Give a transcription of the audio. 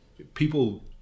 People